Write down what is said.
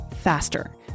faster